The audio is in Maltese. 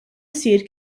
isir